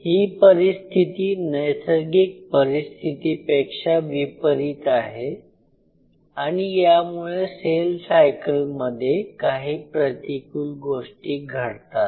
ही परिस्थिती नैसर्गिक परिस्थिती पेक्षा विपरीत आहे आणि यामुळे सेल सायकलमध्ये काही प्रतिकूल गोष्टी घडतात